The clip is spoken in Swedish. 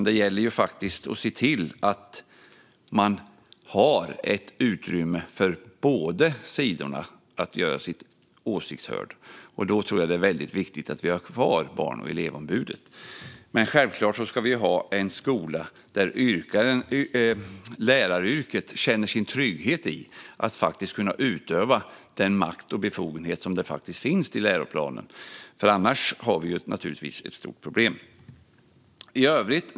Det gäller att se till att man har ett utrymme för båda sidor att göra sina åsikter hörda, och då tror jag att det är väldigt viktigt att vi har kvar Barn och elevombudet. Men självklart ska vi ha en skola där lärarna i sitt yrke har en trygghet i att faktiskt kunna utöva den makt och befogenhet som finns i läroplanen. Annars har vi naturligtvis ett stort problem.